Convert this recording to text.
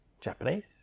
Japanese